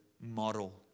model